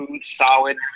solid